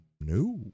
No